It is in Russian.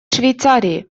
швейцарии